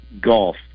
golf